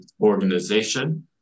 organization